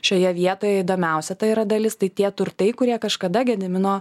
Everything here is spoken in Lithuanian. šioje vietoje įdomiausia ta yra dalis tai tie turtai kurie kažkada gedimino